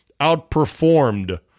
outperformed